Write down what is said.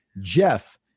Jeff